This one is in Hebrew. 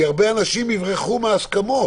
כי הרבה אנשים יברחו מההסכמות.